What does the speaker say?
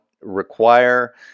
require